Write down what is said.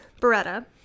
Beretta